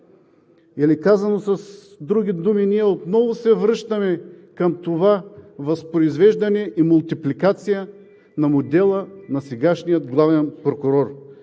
или казано с други думи, ние отново се връщаме към възпроизвеждане и мултипликация на модела на сегашния главен прокурор.